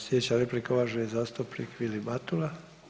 Sljedeća replika uvaženi zastupnik Vili Matula.